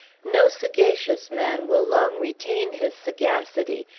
no sagacious man will long retain his sagacity,